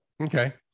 Okay